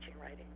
writing